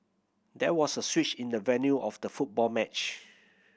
there was a switch in the venue of the football match